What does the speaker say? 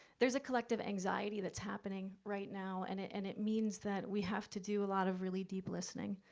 there's a collective anxiety that's happening right now and it and it means that we have to do a lot of really deep listening